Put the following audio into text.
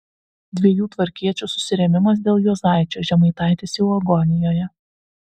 dviejų tvarkiečių susirėmimas dėl juozaičio žemaitaitis jau agonijoje